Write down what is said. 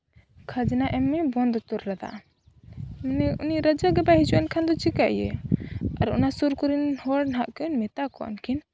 ᱠᱷᱟᱡᱽᱱᱟ ᱮᱢ ᱮ ᱵᱚᱸᱫ ᱩᱛᱟᱹᱨ ᱞᱮᱫᱟ ᱩᱱᱤ ᱨᱟᱡᱟ ᱜᱮ ᱵᱟᱭ ᱦᱤᱡᱩᱜᱼᱟ ᱮᱱᱠᱷᱟᱱ ᱫᱚ ᱪᱤᱠᱟᱹᱭ ᱤᱭᱟᱹᱭᱟ ᱟᱨ ᱚᱱᱟ ᱥᱩᱨ ᱠᱚᱨᱮᱱ ᱦᱚᱲ ᱦᱟᱸᱜ ᱠᱤᱱ ᱢᱮᱛᱟ ᱠᱚᱣᱟ ᱠᱚᱣᱟᱱ ᱠᱤᱱ